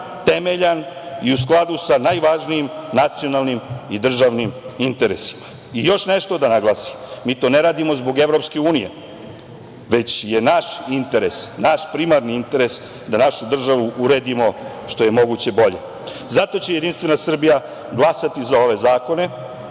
temeljan i u skladu sa najvažnijim nacionalnim i državnim interesima. Još nešto da naglasim, mi to ne radimo zbog EU, već je naš interes, naš primarni interes da našu državu uredimo što je moguće bolje. Zato će JS glasati za ove zakone,